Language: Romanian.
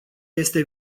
este